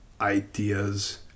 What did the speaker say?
ideas